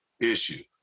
issue